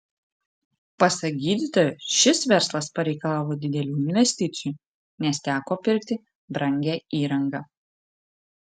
pasak gydytojo šis verslas pareikalavo didelių investicijų nes teko pirkti brangią įrangą